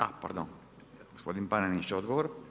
A pardon, gospodin Panenić, odgovor.